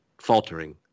faltering